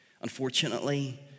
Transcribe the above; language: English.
Unfortunately